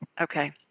Okay